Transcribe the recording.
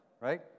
right